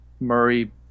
Murray